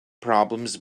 problems